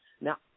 Now